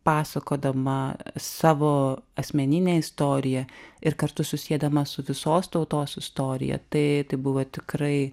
pasakodama savo asmeninę istoriją ir kartu susiedama su visos tautos istorija tai tai buvo tikrai